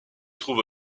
trouve